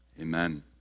Amen